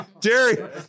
Jerry